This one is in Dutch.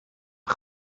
een